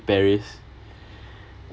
paris